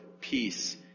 peace